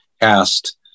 asked